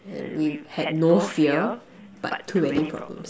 and we had no fear but too many problems